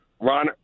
Ron